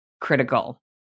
critical